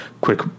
quick